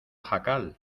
jacal